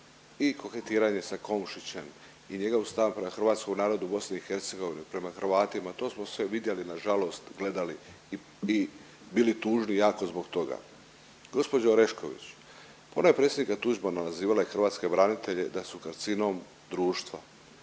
i koketiranje sa Komšićem i njegov stav prema hrvatskom narodu u BiH, prema Hrvatima to smo sve vidjeli, nažalost gledali i bili tužni jako zbog toga. Gospođa Orešković ona je predsjednika Tuđmana nazivala i hrvatske branitelje da su karcinom društva.